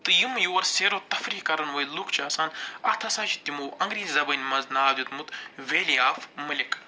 تہٕ یِمہٕ یور سیرو تفریح کَران وٲلۍ لُکھ چھِ آسان اتھ ہَسا چھِ تِمو انٛگریٖز زبٲنۍ منٛز ناو دیتمُت ویلی آف ملِک